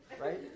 right